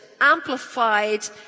amplified